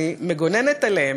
אני מגוננת עליהם.